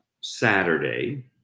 Saturday